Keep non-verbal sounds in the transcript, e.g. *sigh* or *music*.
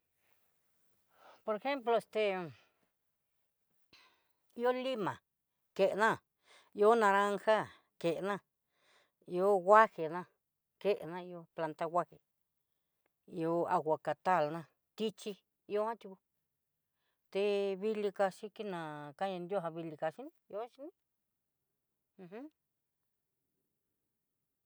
Por ejemplo este ihó *noise* lima kena ihó naranja kena ihó huaje na kena ihó planta huaje ihó aguacatalna tichí ihó atió té vili kaxhikina kandia dió vili kaxhini ihó xhini uj. *hesitation*